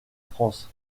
france